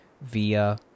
via